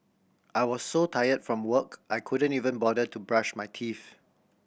I was so tired from work I couldn't even bother to brush my teeth